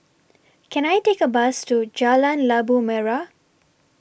Can I Take A Bus to Jalan Labu Merah